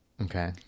Okay